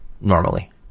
normally